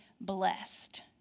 blessed